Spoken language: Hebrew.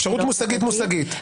אפשרות מושגית, מושגית.